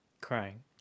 Crying